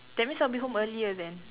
that means I'll be home earlier then